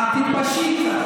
תתביישי קצת.